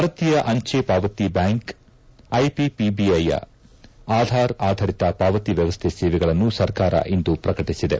ಭಾರತೀಯ ಅಂಜೆ ಪಾವತಿ ಬ್ಯಾಂಕ್ ಐಪಿಪಿಬಿಯ ಆಧಾರ್ ಆಧರಿತ ಪಾವತಿ ವ್ಯವಸ್ಥೆ ಸೇವೆಗಳನ್ನು ಸರ್ಕಾರ ಇಂದು ಪ್ರಕಟಿಸಿದೆ